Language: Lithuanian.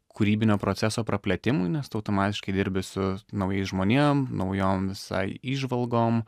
kūrybinio proceso praplėtimui nes tu automatiškai dirbi su naujais žmonėm naujom visai įžvalgom